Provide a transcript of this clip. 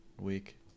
week